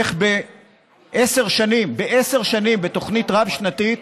איך בעשר שנים, בתוכנית רב-שנתית,